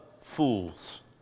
fools